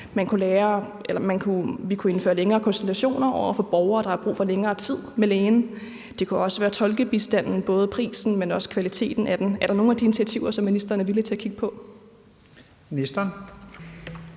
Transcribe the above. vi kunne indføre længere konsultationer for borgere, der har brug for længere tid med lægen. Man kunne også gøre noget i forhold til både prisen og kvaliteten af tolkebistanden. Er der nogle af de initiativer, som ministeren er villig til at kigge på?